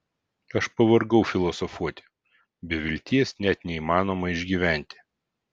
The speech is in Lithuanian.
aš pavargau filosofuoti be vilties net neįmanoma išgyventi